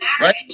Right